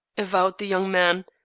avowed the young man,